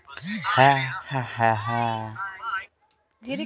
कृषि से जुड़ल जानकारी खातिर कोवन वेबसाइट बा?